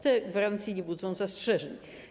Te gwarancje nie budzą zastrzeżeń.